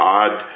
odd